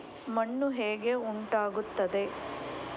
ಮಣ್ಣು ಹೇಗೆ ಉಂಟಾಗುತ್ತದೆ?